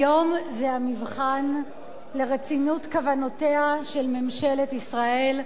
היום זה המבחן לרצינות כוונותיה של ממשלת ישראל,